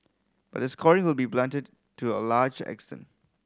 but the scoring will be blunted to a large extent